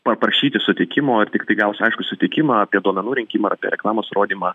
paprašyti sutikimo ir tiktai gavus aišku sutikimą apie duomenų rinkimą apie reklamos rodymą